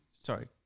sorry